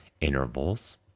intervals